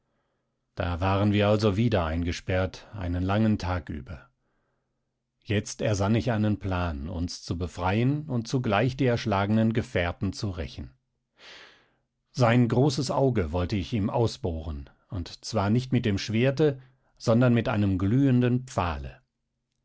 da waren wir also wieder eingesperrt einen langen tag über jetzt ersann ich einen plan uns zu befreien und zugleich die erschlagenen gefährten zu rächen sein großes auge wollte ich ihm ausbohren und zwar nicht mit dem schwerte sondern mit einem glühenden pfahle